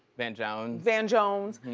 van jones. van jones.